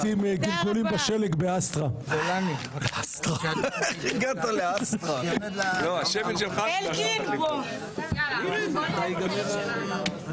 הישיבה ננעלה בשעה 17:05.